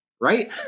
Right